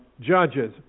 Judges